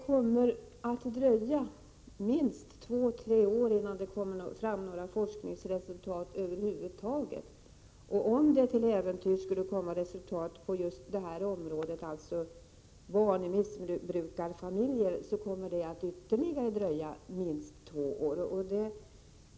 Det dröjer minst två tre år innan det kommer fram forskningsresultat över huvud taget, och om det till äventyrs skulle komma resultat på just detta område, dvs. barn i missbrukarfamiljer, dröjer det ytterligare minst två år.